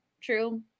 true